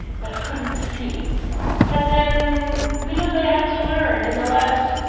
but couldn't see but then, you know they had to learn. in the last